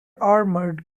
armored